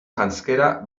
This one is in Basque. janzkera